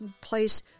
place